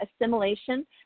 assimilation